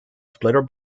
splitter